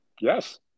Yes